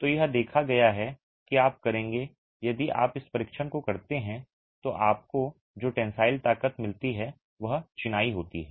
तो यह देखा गया है कि आप करेंगे यदि आप इस परीक्षण को करते हैं तो आपको जो टेंसाइल ताकत मिलती है वह चिनाई होती है